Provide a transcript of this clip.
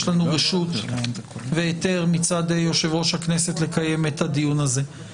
יש לנו רשות והיתר מצד יושב-ראש הכנסת לקיים את הדיון הזה.